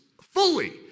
fully